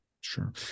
Sure